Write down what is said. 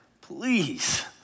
Please